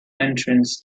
entrance